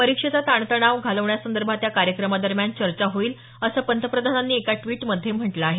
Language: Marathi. परीक्षेचा ताणतणाव घालवण्यासंदर्भात या कार्यक्रमादरम्यान चर्चा होईल असं पंतप्रधानांनी एका ट्विट मध्ये म्हटलं आहे